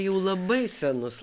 jau labai senus